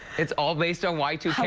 it's all based on y two k.